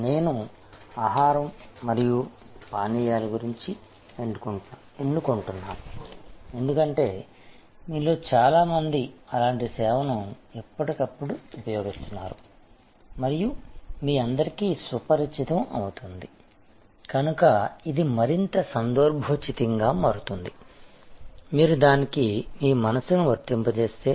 నేను ఆహారం మరియు పానీయాలను ఎన్నుకుంటున్నాను ఎందుకంటే మీలో చాలా మంది అలాంటి సేవను ఎప్పటికప్పుడు ఉపయోగిస్తున్నారు మరియు మీ అందరికీ సుపరిచితం అవుతుంది కనుక ఇది మరింత సందర్భోచితంగా మారుతుంది మీరు దానికి మీ మనస్సును వర్తింపజేస్తే